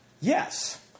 yes